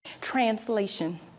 Translation